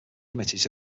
committees